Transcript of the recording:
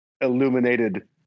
Illuminated